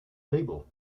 people